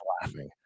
laughing